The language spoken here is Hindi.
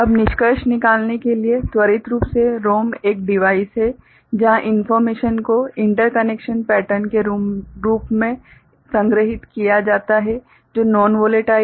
निष्कर्ष निकालने के लिए त्वरित रूप से रोम एक डिवाइस है जहां इन्फोर्मेशन को इंटरकनेक्शन पैटर्न के रूप में संग्रहीत किया जाता है जो नॉन वोलेटाइल है